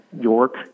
York